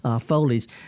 foliage